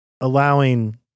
allowing